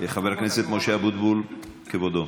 חבר הכנסת משה אבוטבול, כבודו.